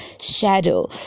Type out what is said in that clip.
shadow